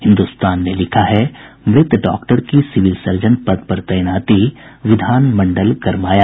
हिन्दुस्तान ने लिखा है मृत डॉक्टर की सिविल सर्जन पद पर तैनाती विधानमंडल गरमाया